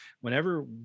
whenever